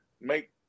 make